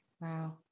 wow